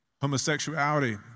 Homosexuality